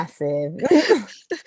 massive